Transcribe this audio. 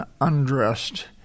undressed